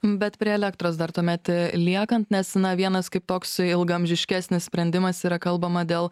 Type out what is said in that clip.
bet prie elektros dar tuomet liekant nes na vienas kaip toks ilgaamžiškesnis sprendimas yra kalbama dėl